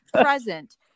present